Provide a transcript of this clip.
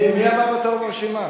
מי הבא בתור ברשימה?